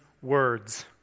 words